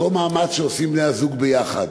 אותו מאמץ שעושים בני-הזוג ביחד,